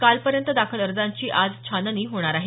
कालपर्यंत दाखल अजाँची आज छाननी होणार आहे